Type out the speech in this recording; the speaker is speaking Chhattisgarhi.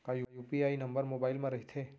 का यू.पी.आई नंबर मोबाइल म रहिथे?